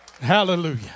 Hallelujah